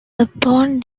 upon